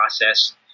process